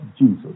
Jesus